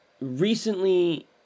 recently